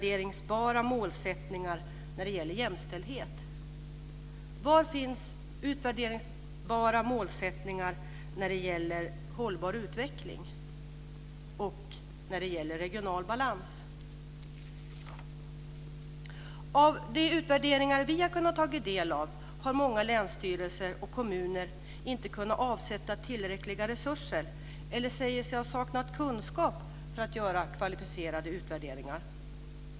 Enligt de utvärderingar som vi har kunnat ta del av har många länsstyrelser och kommuner inte kunnat avsätta tillräckliga resurser eller också säger de sig ha saknat kunskap för att göra kvalificerade utvärderingar.